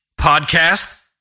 podcast